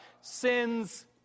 Sins